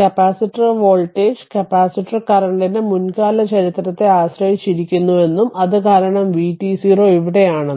capacitor voltage capacitor കറന്റിന്റെ മുൻകാല ചരിത്രത്തെ ആശ്രയിച്ചിരിക്കുന്നുവെന്നും അത് കാരണം vt0 ഇവിടെയാണെന്നും